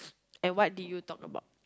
and what did you talk about